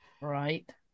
Right